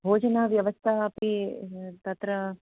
भोजनव्यवस्था अपि तत्र